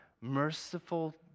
merciful